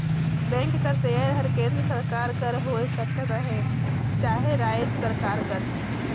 bank कर share हर केन्द्र सरकार कर होए सकत अहे चहे राएज सरकार कर